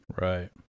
Right